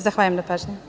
Zahvaljujem na pažnji.